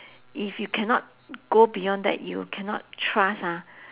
if you cannot go beyond that you cannot trust ah